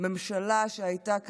ממשלה שהייתה כאן,